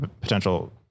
potential